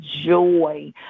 joy